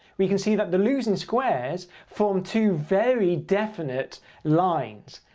we can see that the losing squares form two very definite lines.